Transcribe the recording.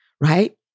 right